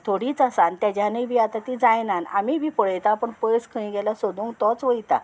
थोडींच आसा आनी तेज्यानूय बी आतां तीं जायना आमी बी पळयता पूण पयस खंयी गेलो सोदूंक तोच वयता